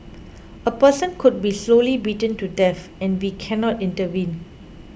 a person could be slowly beaten to death and we cannot intervene